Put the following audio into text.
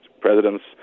presidents